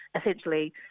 essentially